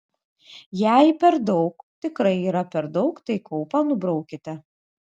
jei per daug tikrai yra per daug tai kaupą nubraukite